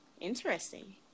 Interesting